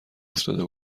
افتاده